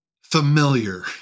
familiar